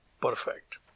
perfect